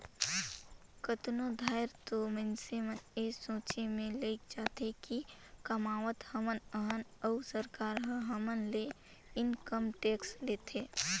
कतनो धाएर तो मइनसे मन ए सोंचे में लइग जाथें कि कमावत हमन अहन अउ सरकार ह हमर ले इनकम टेक्स लेथे